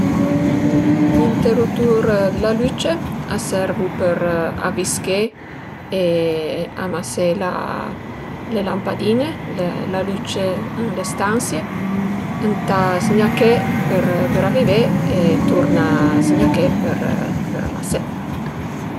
Alura gl'interütur d'la lücce a servu per avisché e amasé le lampadin-e, la lücce ën le stansie, ëntà zgnaché për avivé e turna zgnaché për amasé